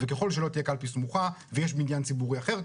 וככל שלא תהיה קלפי סמוכה ויש בניין ציבורי אחר,